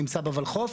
שנמצא בולחו"ף,